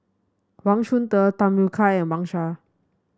Wang Chunde Tham Yui Kai and Wang Sha